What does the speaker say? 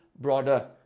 broader